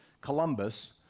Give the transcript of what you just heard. Columbus